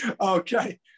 okay